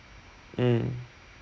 mm